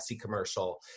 commercial